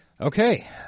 Okay